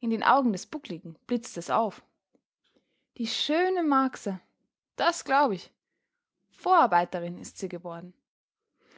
in den augen des buckligen blitzte es auf die schöne marcsa das glaub ich vorarbeiterin ist sie geworden